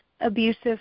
abusive